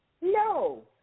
No